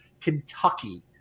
Kentucky